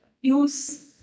use